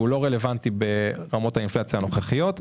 לא רלוונטי לרמות האינפלציה הנוכחיות.